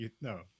No